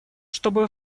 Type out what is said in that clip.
чтобы